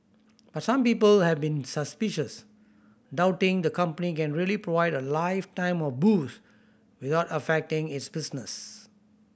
but some people have been suspicious doubting the company can really provide a lifetime of booze without affecting its business